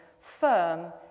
firm